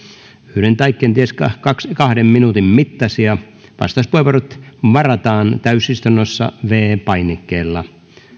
yhden tai kahden minuutin mittaisia vastauspuheenvuorot varataan täysistunnossa viidennellä painikkeella